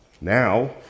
Now